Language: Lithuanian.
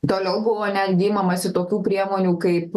toliau buvo netgi imamasi tokių priemonių kaip